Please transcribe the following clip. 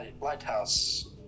lighthouse